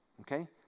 okay